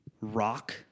rock